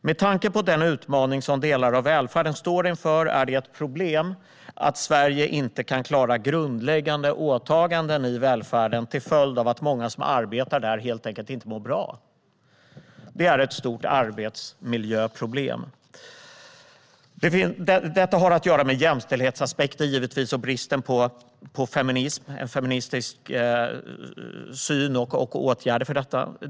Med tanke på den utmaning som delar av välfärden står inför är det ett problem att Sverige inte kan klara grundläggande åtaganden i välfärden, till följd av att många som arbetar där helt enkelt inte mår bra. Det är ett stort arbetsmiljöproblem. Detta har givetvis att göra med jämställdhetsaspekter. Det handlar om bristen på feminism, en feministisk syn, och åtgärder för det.